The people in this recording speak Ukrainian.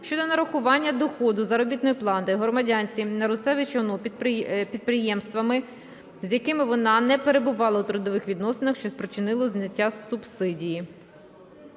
щодо нарахування доходу (заробітної плати) громадянці Нарусевич Н.О. підприємствами, з якими вона не перебувала у трудових відносинах, що спричинило зняття субсидії.